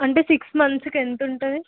అంటే సిక్స్ మంత్స్కి ఎంతుంటుంది